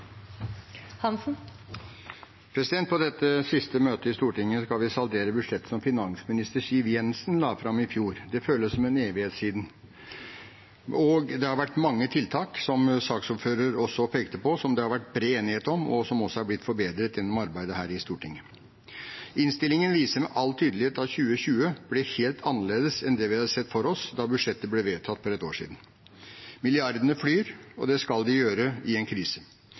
på Stortinget en riktig god jul. På dette siste møtet i Stortinget skal vi saldere budsjettet som daværende finansminister Siv Jensen la fram i fjor. Det føles som en evighet siden. Det har vært mange tiltak – noe også saksordfører pekte på – som det har vært bred enighet om, og som også er blitt forbedret gjennom arbeidet her i Stortinget. Innstillingen viser med all tydelighet at 2020 ble helt annerledes enn det vi hadde sett for oss da budsjettet ble vedtatt for et